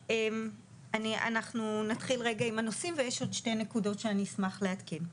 אנחנו נתחיל רגע עם הנושאים ויש עוד שתי נקודות שאני אשמח לעדכן.